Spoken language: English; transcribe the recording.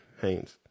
Haynes